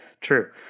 true